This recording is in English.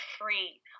free